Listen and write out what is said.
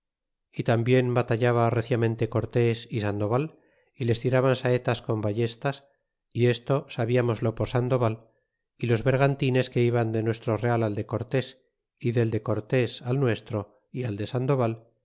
y tambien batallaba reciamente cortés y sandoval y les tiraban saetas con ballestas y esto sabiamoslo por sandoval y los bergantines que iban de nuestro real al de cortés y del de cortés al nuestro y al de sandoval